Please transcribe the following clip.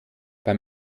beim